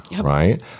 Right